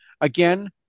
again